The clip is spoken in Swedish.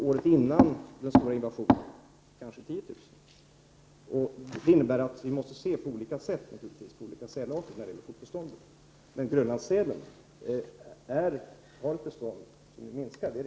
Året innan den stora sälinvasionen dog kanske 10 000 sälar. Detta innebär att vi måste se på olika sätt när det gäller fortbeståndet för olika sälarter. Men det är riktigt att Grönlandssälens bestånd minskar.